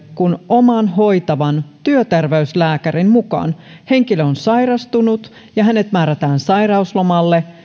kun oman hoitavan työterveyslääkärin mukaan henkilö on sairastunut ja hänet määrätään sairauslomalle